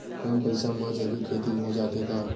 कम पईसा मा जैविक खेती हो जाथे का?